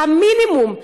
המינימום,